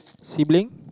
sibling